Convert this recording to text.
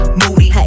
moody